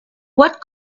what